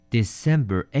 December